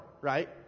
Right